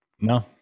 No